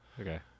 Okay